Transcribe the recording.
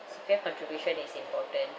C_P_F contribution is important